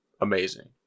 amazing